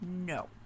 No